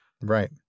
Right